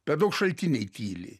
per daug šaltiniai tyli